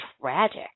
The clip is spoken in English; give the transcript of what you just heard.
tragic